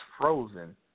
frozen